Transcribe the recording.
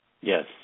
Yes